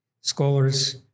scholars